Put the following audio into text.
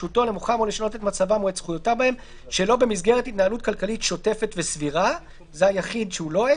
אלא אם כן מצא כי אין סיכוי סביר לאישור הסדר החוב בידי בעלי